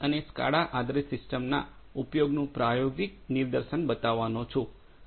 અને સ્કાડા આધારિત સિસ્ટમના ઉપયોગનું પ્રાયોગિક નિદર્શન બતાવવાનો છું